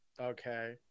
Okay